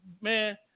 man